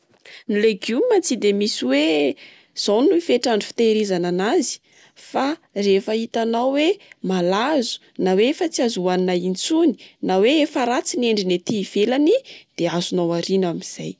Ny legioma tsy de misy hoe izao no fetra andro fitehirizana anazy. Fa rehefa hitanao hoe malazo, na hoe efa tsy azo ohanina intsony, na hoe efa ratsy ny endriny ety ivelany, dia azonao ariana amin'izay.